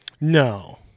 No